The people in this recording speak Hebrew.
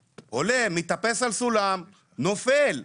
עולה, מטפס על סולם, נופל מהמנוף,